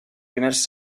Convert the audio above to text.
primers